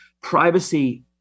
Privacy